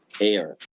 air